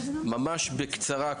ממש בקצרה,